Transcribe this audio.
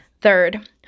Third